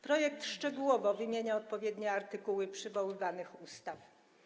Projekt szczegółowo wymienia odpowiednie artykuły przywoływane w ustawie.